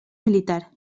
militar